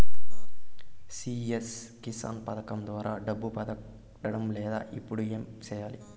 CM Kisan పథకం ద్వారా డబ్బు పడడం లేదు ఇప్పుడు ఏమి సేయాలి